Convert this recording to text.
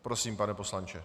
Prosím, pane poslanče.